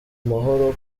mahoro